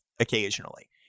occasionally